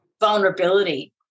vulnerability